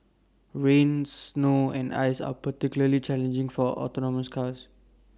rain snow and ice are particularly challenging for autonomous cars